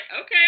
okay